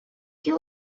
you